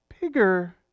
Bigger